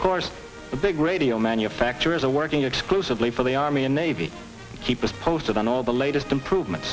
the course the big radio manufacturers are working exclusively for the army and navy keep us posted on all the latest improvement